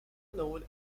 known